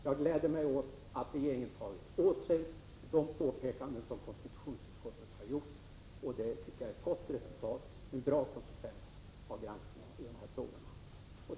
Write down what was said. Jag gläder mig åt att regeringen tagit åt sig de påpekanden som konstitutionsutskottet har gjort. Det tycker jag är ett gott resultat, en bra konsekvens av granskningen i dessa frågor.